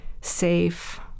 safe